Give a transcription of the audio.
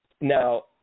Now